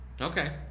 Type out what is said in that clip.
Okay